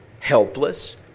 Helpless